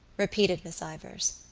repeated miss ivors.